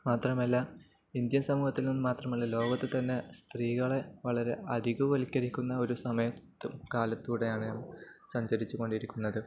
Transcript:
മാത്രമല്ല ഇന്ത്യന് സമൂഹത്തിൽ നിന്നു മാത്രമല്ല ലോകത്തു തന്നെ സ്ത്രീകളെ വളരെ അരികുവല്ക്കരിക്കുന്ന ഒരു സമയത്തും കാലത്തൂടെയാണു നാം സഞ്ചരിച്ചുകൊണ്ടിരിക്കുന്നത്